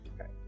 Okay